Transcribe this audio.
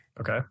Okay